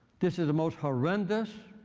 this is the most horrendous,